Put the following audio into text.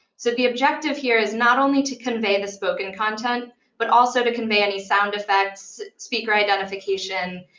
so the objective here is not only to convey the spoken content but also to convey any sound effects, speaker identification,